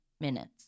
minutes